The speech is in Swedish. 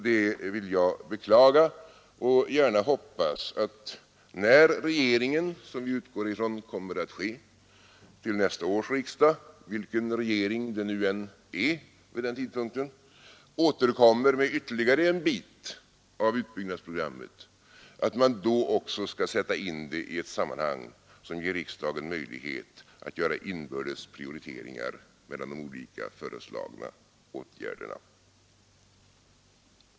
Det vill jag beklaga och gärna hoppas att, när regeringen — som vi utgår ifrån kommer att ske till nästa års riksdag, vilken regering det än är vid den tidpunkten — återkommer med ytterligare en bit av utbyggnadsprogrammet, man då också sätter in det i ett sammanhang som ger riksdagen möjlighet att göra inbördes prioriteringar mellan de olika föreslagna åtgärderna.